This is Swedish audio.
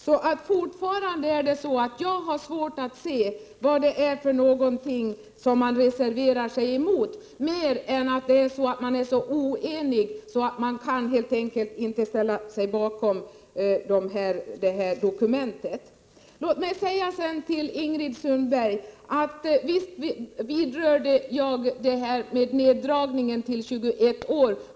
Jag har fortfarande svårt att se vad det är man reserverar sig mot mer än att man skulle vara så oenig att man helt enkelt inte kan ställa sig bakom dokumentet. Till Ingrid Sundberg: Visst berörde jag sänkningen till 21 år.